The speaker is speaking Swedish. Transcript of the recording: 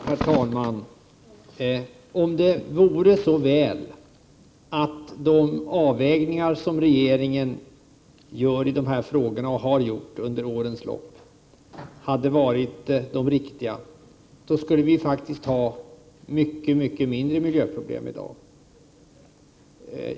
Herr talman! Om det vore så väl att de avvägningar som regeringen gör i dessa frågor och som den har gjort under årens lopp hade varit de riktiga, då skulle vi faktiskt ha mycket mycket mindre miljöproblem i dag.